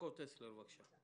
יעקב טסלר, בבקשה.